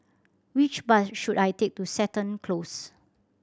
which bus should I take to Seton Close